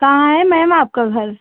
कहाँ है मैम आपका घर